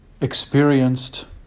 experienced